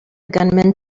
gunman